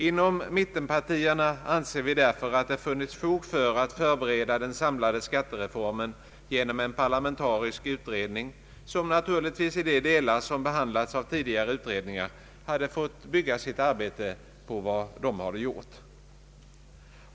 Inom mittenpartierna anser vi därför att det funnits fog för att förbereda den samlade skattereformen genom en parlamentarisk utredning som naturligtvis i de delar som behandlats av tidigare utredningar hade fått bygga sitt arbete på vad dessa gjort.